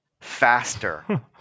faster